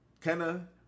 kenna